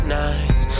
nights